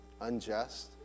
unjust